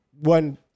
One